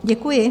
Děkuji.